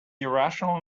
irrational